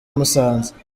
musanze